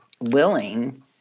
willing